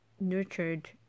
nurtured